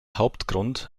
hauptgrund